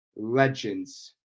legends